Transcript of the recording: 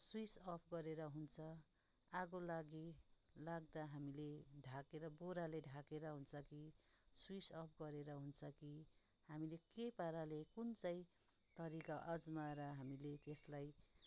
switch off गरेर हुन्छ आगो लागि लाग्दा हामीले ढाकेर बोराले ढाकेर हुन्छ कि स्विच अफ गरेर हुन्छ कि हामीले के पाराले कुन चाहिँ तरिका अजमाएर हामीले त्यसलाई